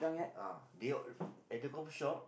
ah they at the coffeeshop